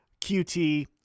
QT